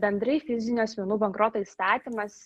bendrai fizinių asmenų bankroto įstatymas